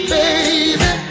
baby